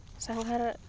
ᱥᱟᱸᱜᱷᱟᱨ